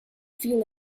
fuel